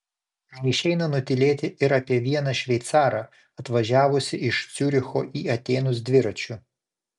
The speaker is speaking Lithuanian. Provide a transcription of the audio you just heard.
neišeina nutylėti ir apie vieną šveicarą atvažiavusį iš ciuricho į atėnus dviračiu